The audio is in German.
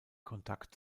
kontakt